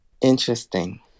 interesting